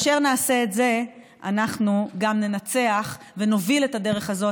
בהצעה שלי גם תתמוך, ולכן, את היושבת-ראש?